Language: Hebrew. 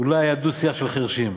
אולי היה דו-שיח של חירשים.